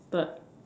but